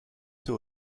tôt